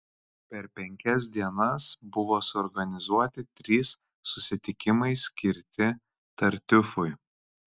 per penkias dienas buvo suorganizuoti trys susitikimai skirti tartiufui